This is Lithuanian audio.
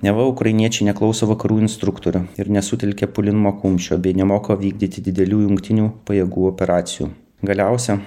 neva ukrainiečiai neklauso vakarų instruktorių ir nesutelkia puolimo kumščio bei nemoka vykdyti didelių jungtinių pajėgų operacijų galiausia